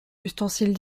ustensiles